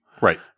Right